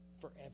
forever